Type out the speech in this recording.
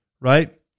right